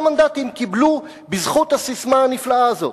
15 מנדטים קיבלו בזכות הססמה הנפלאה הזאת.